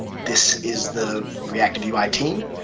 this is the reactiveui team.